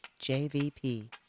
JVP